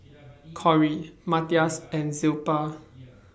Kory Matias and Zilpah